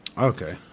Okay